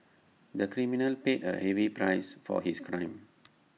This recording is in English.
the criminal paid A heavy price for his crime